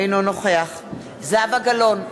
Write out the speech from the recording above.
אינו נוכח זהבה גלאון,